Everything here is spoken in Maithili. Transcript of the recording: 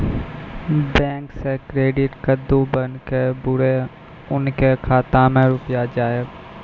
बैंक से क्रेडिट कद्दू बन के बुरे उनके खाता मे रुपिया जाएब?